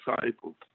disciples